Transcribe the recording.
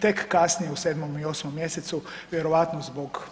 Tek kasnije u 7. i 8. mjesecu vjerojatno zbog